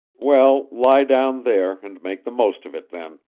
well, lie down there, and make the most of it, then,